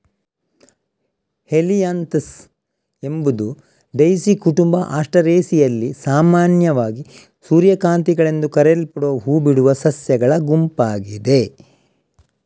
Helianthus ಎಂಬುದು daisy ಕುಟುಂಬ ಆಸ್ಟರೇಸಿಯಲ್ಲಿ ಸಾಮಾನ್ಯವಾಗಿ ಸೂರ್ಯಕಾಂತಿಗಳೆಂದು ಕರೆಯಲ್ಪಡುವ ಹೂ ಬಿಡುವ ಸಸ್ಯಗಳ ಗುಂಪಾಗಿದೆ